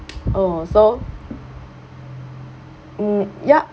oh so mm yup